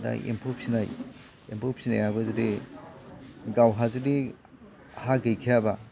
दा एम्फौ फिसिनायष एम्फौ फिसिनायाबो जुदि गावहा जुदि हा गैखायाबा